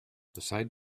besides